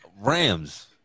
Rams